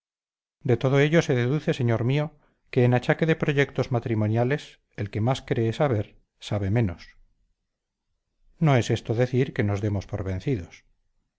de todo ello se deduce señor mío que en achaque de proyectos matrimoniales el que más cree saber sabe menos no es esto decir que nos demos por vencidos